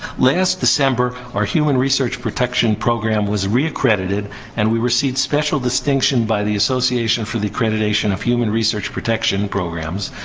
last december, our human research protection program was reaccredited and we received special distinction by the association for the accreditation of human research protection programs,